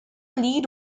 lead